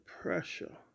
pressure